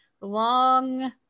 long